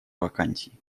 вакансий